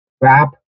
rap